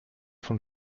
von